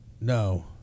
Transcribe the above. No